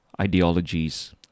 ideologies